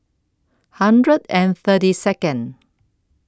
one hundred and thirty Second